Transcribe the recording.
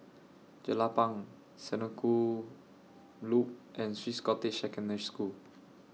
Jelapang Senoko Loop and Swiss Cottage Secondary School